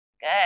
Good